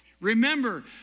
remember